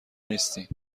نیستین